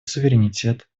суверенитет